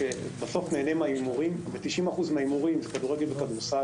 שבסוף נהנה מן ההימורים ו-90% מן ההימורים הם על כדורגל וכדורסל,